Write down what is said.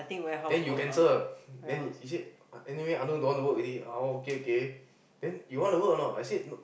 then you cancel then you said anyway I also don't wanna work already uh oh okay okay then you wanna work or not I said no